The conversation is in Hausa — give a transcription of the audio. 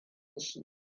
shi